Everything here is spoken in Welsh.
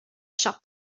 siop